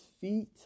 feet